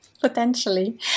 potentially